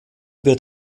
wird